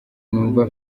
n’umwe